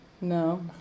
No